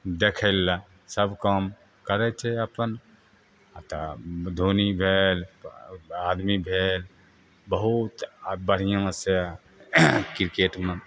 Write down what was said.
देखै लए सब काम करै छै अपन आ तऽ धोनी भेल आदमी भेल बहुत बढ़िऑं से क्रिकेटमे